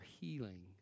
healing